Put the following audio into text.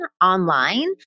online